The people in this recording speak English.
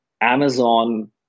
amazon